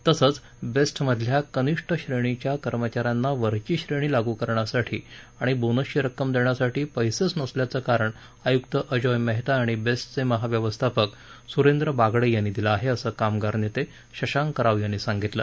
तसंच बेस्टमधल्या कनिष्ठ श्रेणीच्या कर्मचाऱ्यांना वरची श्रेणी लागू करण्यासाठी आणि बोनसची रक्कम देण्यासाठी पैसेच नसल्याचं कारण आयुक्त अजोय मेहता आणि बेस्टचे महाव्यवस्थापक सुरेंद्र बागडे यांनी दिलं आहे असं कामगार नेते शशांक राव यांनी सांगितलं